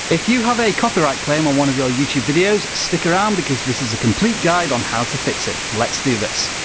if you have a copyright claim on one of your youtube videos, stick around because this is a complete guide on how to fix it. let's do this.